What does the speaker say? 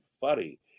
funny